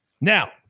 Now